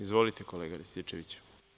Izvolite kolega Rističeviću.